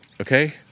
okay